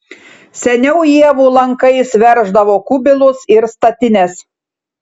seniau ievų lankais verždavo kubilus ir statines